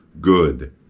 good